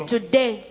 Today